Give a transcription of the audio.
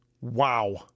Wow